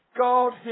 God